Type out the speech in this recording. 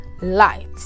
light